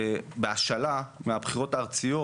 בהשאלה מהבחירות הארציות,